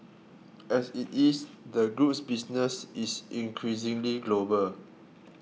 as it is the group's business is increasingly global